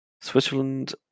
Switzerland